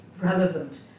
relevant